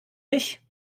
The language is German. mich